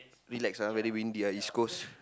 relax ah very windy ah East-Coast